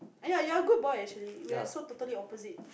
ya ya you're good boy actually we are so totally opposite